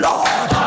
Lord